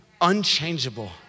unchangeable